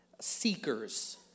seekers